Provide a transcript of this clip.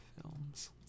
films